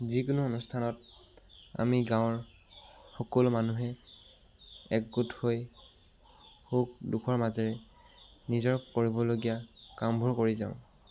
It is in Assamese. যিকোনো অনুষ্ঠানত আমি গাঁৱত সকলো মানুহে একগোট হৈ সুখ দুখৰ মাজেৰে নিজৰ কৰিবলগীয়া কামবোৰ কৰি যাওঁ